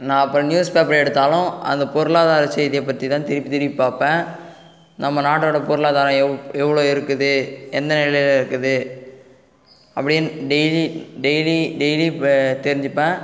நான் இப்போ news paper எடுத்தாலும் அது பொருளாதார செய்தியை பற்றி தான் திருப்பி திருப்பி பார்ப்பேன் நம்ப நாட்டோடய பொருளாதாரம் எவ் எவ்வளோ இருக்குது எந்த நிலையில் இருக்குது அப்படின்னு டெய்லி டெய்லி டெய்லி தெரிஞ்சுப்பேன்